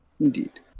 Indeed